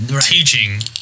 teaching